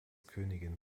königin